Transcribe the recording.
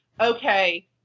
okay